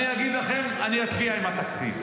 אני אצביע עם התקציב.